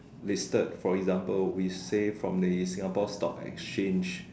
listed for example we say from the Singapore stock exchange